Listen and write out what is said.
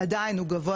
עדיין הוא גבוה